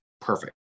perfect